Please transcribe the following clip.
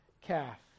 calf